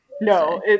No